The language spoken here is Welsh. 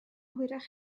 hwyrach